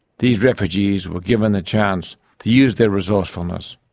these refugees were given the chance to use their resourcefulness,